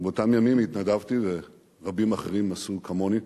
באותם ימים התנדבתי, ורבים אחרים עשו כמוני,